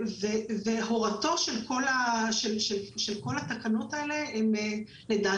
לדעתנו הורתן של התקנות הללו היא בחטא,